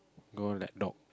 all like dog